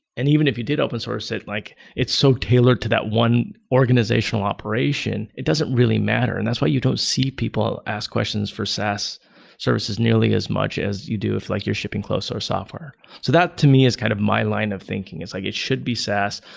and even if you did open source it, like it's so tailored to that one organizational operation. it doesn't really matter. and that's why you don't see people ask questions for saas services nearly as much as you do if like you're shipping closed source software. so that to me is kind of my line of thinking, is like it should be saas.